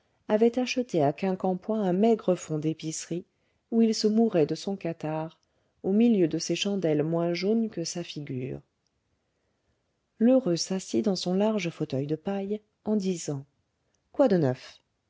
avait acheté à quincampoix un maigre fonds d'épicerie où il se mourait de son catarrhe au milieu de ses chandelles moins jaunes que sa figure lheureux s'assit dans son large fauteuil de paille en disant quoi de neuf